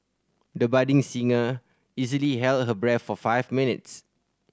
the budding singer easily held her breath for five minutes